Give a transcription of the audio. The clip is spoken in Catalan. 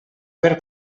per